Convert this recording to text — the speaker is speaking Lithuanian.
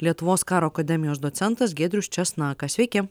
lietuvos karo akademijos docentas giedrius česnakas sveiki